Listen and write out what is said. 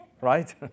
Right